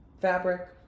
fabric